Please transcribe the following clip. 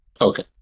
Okay